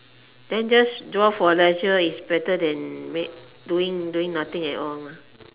then just draw for leisure is better than than doing nothing at all